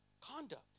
conduct